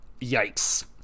Yikes